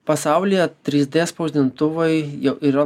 pasaulyje trys d spausdintuvai jau yra